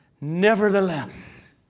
Nevertheless